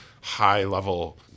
high-level